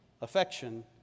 Affection